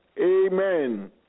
Amen